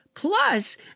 Plus